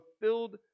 filled